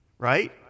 Right